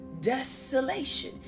desolation